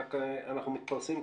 רק שאנחנו מתפרסים.